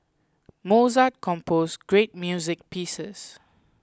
Mozart composed great music pieces